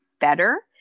better